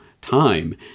time